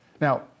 Now